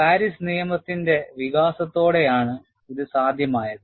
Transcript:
Paris നിയമത്തിന്റെ വികാസത്തോടെയാണ് ഇത് സാധ്യമായത്